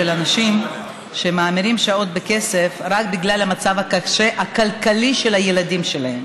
אנשים שממירים שעות לכסף רק בגלל המצב הכלכלי הקשה של הילדים שלהם.